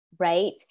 Right